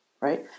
right